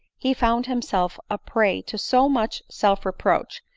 he found himself a prey to so much self reproach,